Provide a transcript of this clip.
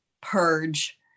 purge